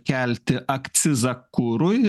kelti akcizą kurui